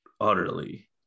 utterly